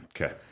Okay